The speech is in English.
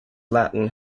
latin